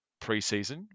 preseason